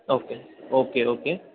okay okay okay